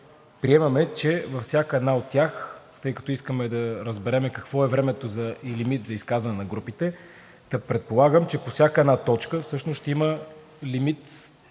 приемаме, че във всяка една от тях, тъй като искаме да разберем какво е времето и лимитът за изказване на групите, та предполагам, че по всяка една точка всъщност ще има лимит